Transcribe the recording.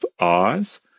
eyes